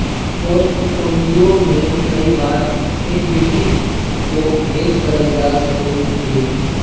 portfolio में कई बार एक्विटी को हेज करल जा सकलई हे